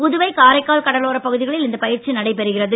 புதுவை காரைக்கால் கடலோரப் பகுதிகளில் இந்தப் பயிற்சி நடைபெறுகிறது